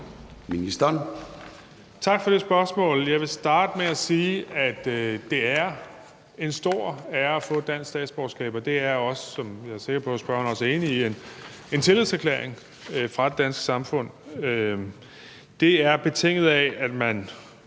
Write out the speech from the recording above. Tak for det spørgsmål. Jeg vil starte med at sige, at det er en stor ære at få et dansk statsborgerskab, og det er også – som jeg er sikker på at spørgeren også er enig i – en tillidserklæring fra det danske samfund. Det er betinget af, at man